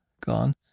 gone